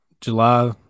July